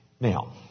Now